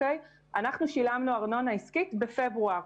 אנחנו שילמנו ארנונה עסקית בפברואר.